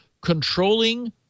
controlling